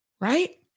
Right